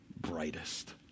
brightest